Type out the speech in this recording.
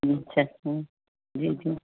अच्छा हम्म जी जी